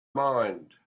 mind